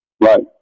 Right